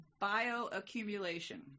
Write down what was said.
bioaccumulation